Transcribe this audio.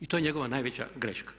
I to je njegova najveća greška.